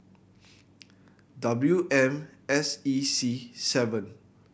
W M S E C seven